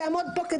יעמוד פה?